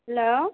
hello